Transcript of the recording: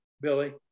Billy